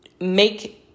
make